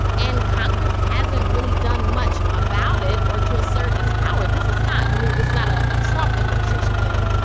and congress hasn't really done much about it or to assert its power. this is not new. this is not ah a trump administration thing.